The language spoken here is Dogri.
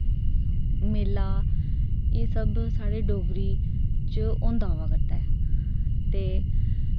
मेला एह् सब साढ़े डोगरी च होंदा अवा करदा ऐ ते